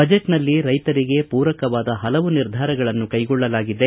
ಬಜೆಟ್ನಲ್ಲಿ ರೈತರಿಗೆ ಪೂರಕವಾದ ಹಲವು ನಿರ್ಧಾರಗಳನ್ನು ಕೈಗೊಳ್ಳಲಾಗಿದೆ